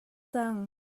cang